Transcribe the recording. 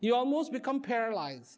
you almost become paralyzed